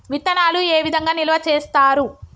విత్తనాలు ఏ విధంగా నిల్వ చేస్తారు?